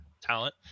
talent